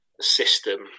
system